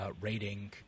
rating